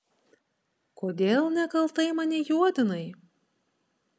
kodėl nekaltai mane juodinai